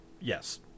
Yes